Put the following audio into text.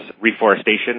reforestation